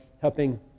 helping